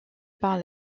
par